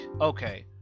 Okay